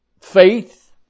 faith